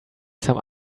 some